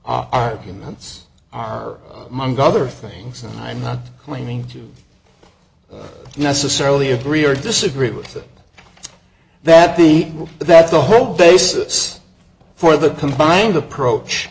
s arguments are among other things and i'm not claiming to necessarily agree or disagree with that that the that's the whole basis for the combined approach